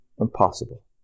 impossible